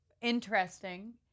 interesting